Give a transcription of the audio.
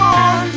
on